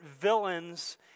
villains